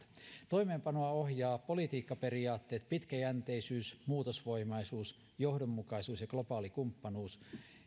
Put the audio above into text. toimeenpanoa ohjaavat politiikkaperiaatteet pitkäjänteisyys ja muutosvoimaisuus johdonmukaisuus ja globaali kumppanuus